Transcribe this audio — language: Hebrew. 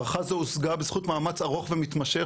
ההערכה הזו הושגה בזכות מאמץ ארוך ומתמשך